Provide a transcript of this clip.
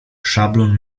szablon